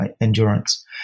endurance